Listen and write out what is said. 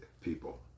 people